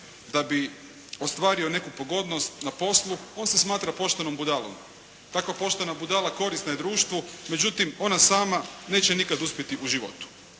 da bi ostvario neku pogodnost na poslu, on se smatra poštenom budalom. Takva poštena budala korisna je društvu, međutim ona sama neće nikada uspjeti u životu.